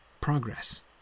progress